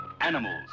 Animals